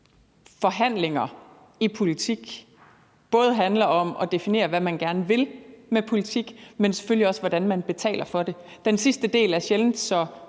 forhandlinger i politik både handler om at definere, hvad man gerne vil med politik, men selvfølgelig også, hvordan man betaler for det. Den sidste del er sjældent så